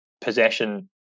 possession